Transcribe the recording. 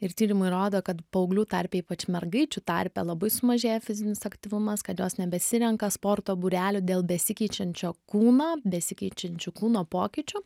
ir tyrimai rodo kad paauglių tarpe ypač mergaičių tarpe labai sumažėja fizinis aktyvumas kad jos nebesirenka sporto būrelių dėl besikeičiančio kūno besikeičiančių kūno pokyčių